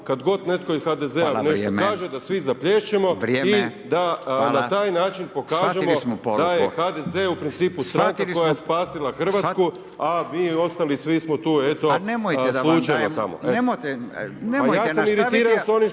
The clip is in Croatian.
kad god netko iz HDZ-a nešto kaže, da svi zaplješćemo i da na taj način pokažemo da je HDZ u principu stranka koja je spasila Hrvatsku… …/Upadica Radin: Shvatili smo, shvatili smo./…